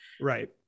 Right